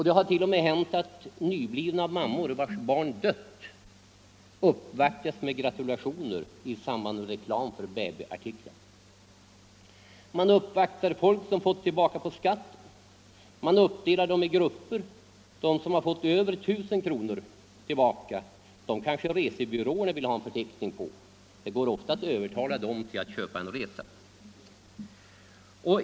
Det har t.o.m. hänt att nyblivna mam = tag mor, vars barn dött, uppvaktats med ”gratulationer” i samband med reklam för babyartiklar. Man uppvaktar folk som fått tillbaka på skatten. Man delar upp dem i grupper. De som fått över 1 0C97 kr. tillbaka kanske resebyråerna vill ha en förteckning på; det går ofta att övertala dem till att köpa en resa.